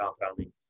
compounding